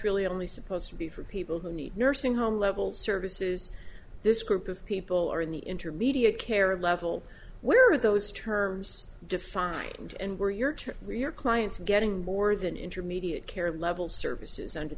really only supposed to be for people who need nursing home level services this group of people are in the intermediate care of level where those terms defined and where you're to rehear clients are getting more than intermediate care level services under